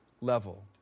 level